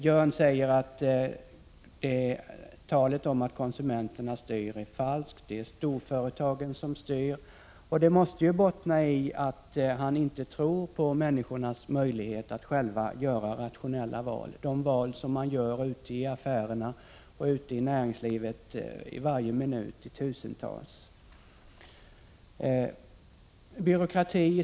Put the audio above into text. Jörn Svensson säger att talet om att konsumenterna styr är falskt, för det är storföretagen som styr. Det måste bottna i att han inte tror på människornas möjlighet att själva göra rationella val — de val som man gör i tusental ute i affärerna och i näringslivet varje minut.